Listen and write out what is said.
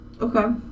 Okay